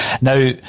Now